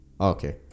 Okay